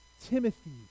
Timothy